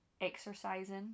exercising